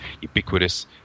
ubiquitous